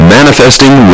Manifesting